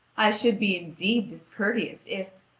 i should be indeed discourteous, if,